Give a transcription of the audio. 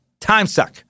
timesuck